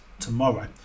tomorrow